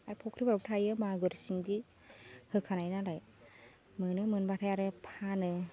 आर फख्रिफोरावबो थायो मागुर सिंगि होखानाय नालाय मोनो मोनबाथाय आरो फानो